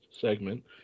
segment